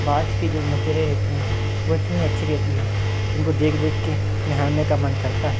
बाज की जो नज़रें रहती हैं वो इतनी अच्छी रहती हैं कि उनको देख देख के निहारने का मन करता है